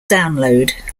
download